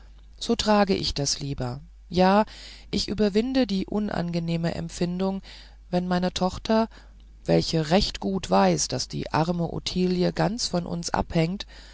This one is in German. so trag ich das lieber ja ich überwinde die unangenehme empfindung wenn meine tochter welche recht gut weiß daß die arme ottilie ganz von uns abhängt